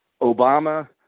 Obama